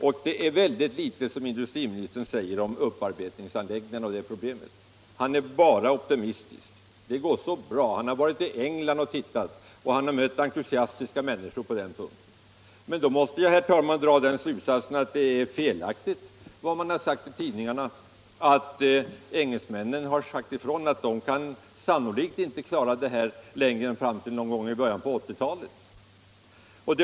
Och industriministern sade mycket litet om problemet med upparbetningsanläggningarna. Han är bara optimistisk. Allt det där går så bra. Industriministern har varit i England och studerat dessa saker, och han har mött många entusiastiska människor där. Men då måste jag dra den slutsatsen att vad som skrivits i tidningarna är felaktigt, nämligen att engelsmännen har sagt ifrån att de sannolikt inte kan klara denna sak längre än fram till någon gång i början på 1980-talet.